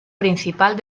principal